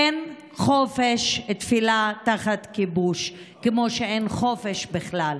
אין חופש תפילה תחת כיבוש כמו שאין חופש בכלל.